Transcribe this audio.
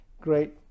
Great